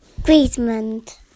Griezmann